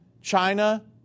China